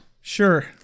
Sure